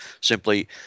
Simply